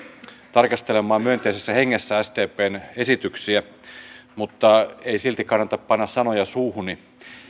tarkastelemaan myönteisessä hengessä sdpn esityksiä mutta ei silti kannata panna sanoja suuhuni